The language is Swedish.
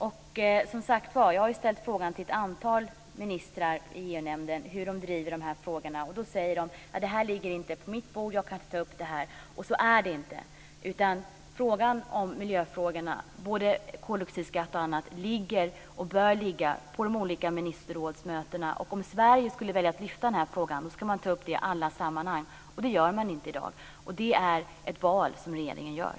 Jag har, som sagt, frågat ett antal ministrar i EU nämnden hur de driver de här frågorna men man säger: Det här ligger inte på mitt bord. Jag kan inte ta upp det. Så är det inte, utan miljöfrågorna - bl.a. koldioxidskatten - ligger, och bör ligga, på de olika ministerrådsmötena. Om Sverige skulle välja att lyfta detta ska det tas upp i alla sammanhang. Så är det inte i dag. Detta är ett val som regeringen gör.